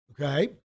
Okay